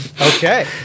Okay